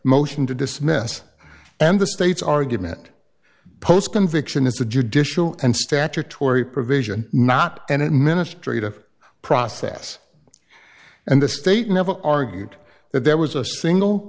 motion to dismiss and the state's argument post conviction is a judicial and statutory provision not an administrative process and the state never argued that there was a single